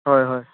হয় হয়